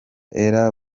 ella